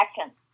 action